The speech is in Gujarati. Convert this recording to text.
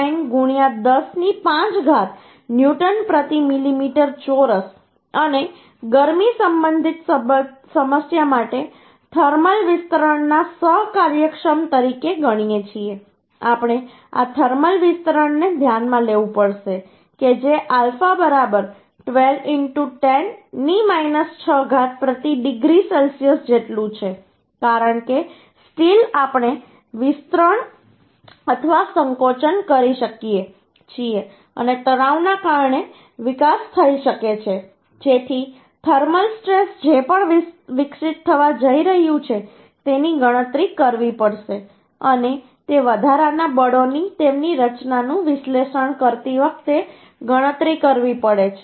769 ગણ્યા 10 ની 5 ઘાત ન્યૂટન પ્રતિ મિલિમીટર ચોરસ અને ગરમી સંબંધિત સમસ્યા માટે થર્મલ વિસ્તરણના સહ કાર્યક્ષમ તરીકે ગણીએ છીએ આપણે આ થર્મલવિસ્તરણ ને ધ્યાનમાં લેવું પડશે કે જે આલ્ફા બરાબર 12 10 ની 6 ઘાત પ્રતિ ડિગ્રી સેલ્સિયસ જેટલું છે કારણ કે સ્ટીલ આપણે વિસ્તરણ અથવા સંકોચન કરી શકીએ છીએ અને તણાવને કારણે વિકાસ થઈ શકે છે જેથી થર્મલ સ્ટ્રેસ જે પણ વિકસિત થવા જઈ રહ્યું છે તેની ગણતરી કરવી પડશે અને તે વધારાના બળોની તેમની રચનાનું વિશ્લેષણ કરતી વખતે ગણતરી કરવી પડે છે